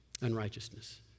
unrighteousness